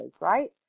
right